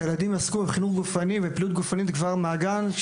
צריך שהילדים יעסקו בחינוך גופני ובפעילות גופנית כבר מהגן,